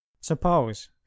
Suppose